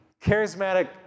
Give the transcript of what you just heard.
charismatic